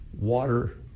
water